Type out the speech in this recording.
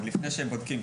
עוד לפני שהם בודקים,